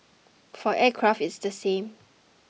for aircraft it's the same